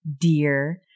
dear